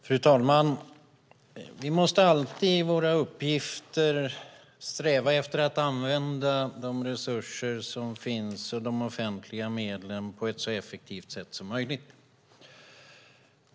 Fru talman! Vi måste alltid i våra uppgifter sträva efter att använda de resurser som finns och de offentliga medlen på ett så effektivt sätt som möjligt.